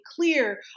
clear